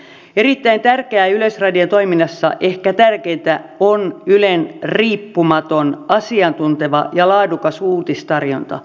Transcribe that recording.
erittäin tärkeää yleisradion toiminnassa ehkä tärkeintä on ylen riippumaton asiantunteva ja laadukas uutistarjonta